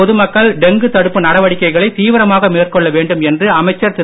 பொது மக்கள் டெங்கு தடுப்பு நடவடிக்கைகளை தீவிரமாக மேற்கொள்ள வேண்டும் என்று அமைச்சர் திரு